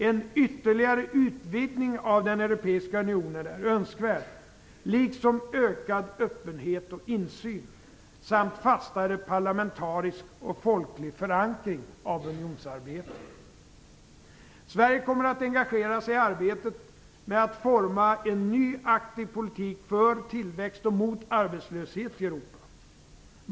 En ytterligare utvidgning av Europeiska unionen är önskvärd, liksom ökad öppenhet och insyn, samt fastare parlamentarisk och folklig förankring av unionsarbetet. Sverige kommer att engagera sig i arbetet med att forma en ny, aktiv politik för tillväxt och mot arbetslöshet i Europa.